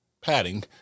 Padding